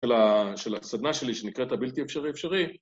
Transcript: ‫של הסדנה שלי שנקראת ‫הבלתי אפשרי אפשרי.